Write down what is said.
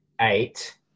eight